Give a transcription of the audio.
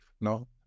no